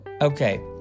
Okay